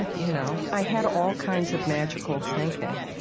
you know i had all kinds of magical thinking.